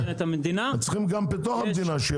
צריך גם בתוך המדינה.